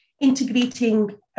integrating